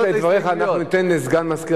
אני מקווה שאנחנו לא עושים טעות.